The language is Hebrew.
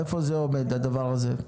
איפה עומד הדבר הזה?